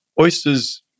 oysters